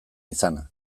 izana